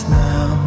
now